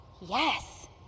yes